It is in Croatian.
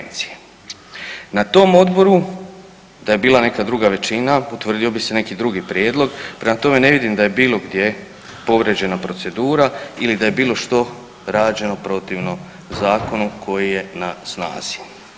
Na tom odboru da je bila neka druga većina potvrdio bi se neki drugi prijedlog, prema tome ne vidim da je bilo gdje povrijeđena procedura ili da je bilo što rađeno protivno zakonu koji je na snazi.